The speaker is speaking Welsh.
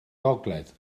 gogledd